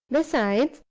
besides,